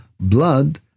blood